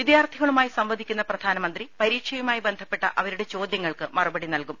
വിദ്യാർത്ഥികളുമായി സംവദിക്കുന്ന പ്രധാനമന്ത്രി പരീക്ഷയുമായി ബന്ധപ്പെട്ട അവ രുടെ ചോദൃങ്ങൾക്ക് മറുപടി നൽകും